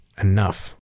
enough